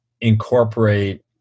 incorporate